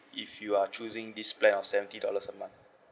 if you are choosing this plan of seventy dollars a month